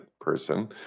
person